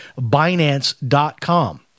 Binance.com